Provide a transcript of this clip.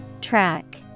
Track